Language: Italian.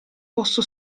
posso